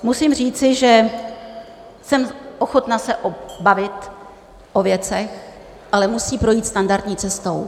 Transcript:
Musím říci, že jsem ochotna se bavit o věcech, ale musí projít standardní cestou.